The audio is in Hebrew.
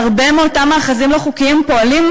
בהרבה מאותם מאחזים לא חוקיים פועלים,